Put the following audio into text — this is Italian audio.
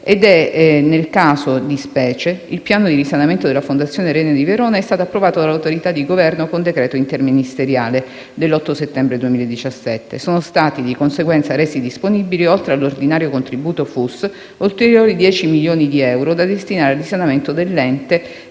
che, nel caso di specie, il Piano di risanamento della Fondazione Arena di Verona è stato approvato dall'Autorità di governo con decreto interministeriale 8 settembre 2017, sono stati di conseguenza resi disponibili, oltre l'ordinario contributo FUS, ulteriori 10 milioni di euro, da destinare al risanamento dell'ente